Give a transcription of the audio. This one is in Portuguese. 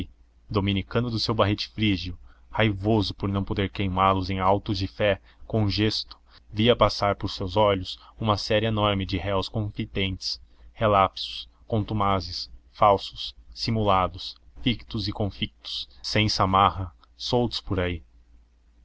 dominicano do seu barrete frígio raivoso por não poder queimá los em autos de fé congesto via passar por seus olhos uma série enorme de réus confidentes relapsos contumazes falsos simulados fictos e confictos sem samarra soltos por aí